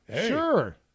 Sure